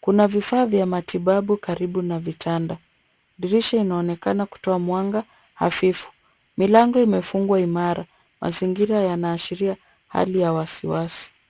Kuna vifaa vya matibabu karibu na vitanda. Dirisha inaonekana kutoa mwanga hafifu. Milango imefungwa imara. Mazingira yanaashiria hali ya wasiwasi.